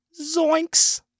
zoinks